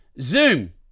Zoom